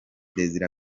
désiré